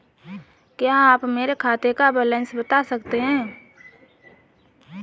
क्या आप मेरे खाते का बैलेंस बता सकते हैं?